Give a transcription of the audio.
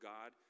God